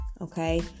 okay